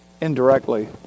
indirectly